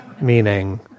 Meaning